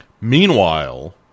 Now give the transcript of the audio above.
Meanwhile